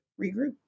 regroup